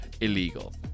illegal